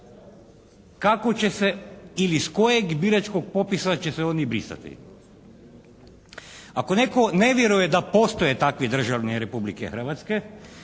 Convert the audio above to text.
kako će se ili s kojeg biračkog popisa će se oni pisati? Ako netko ne vjeruje da postoje takvi državljani Republike Hrvatske,